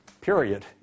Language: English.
period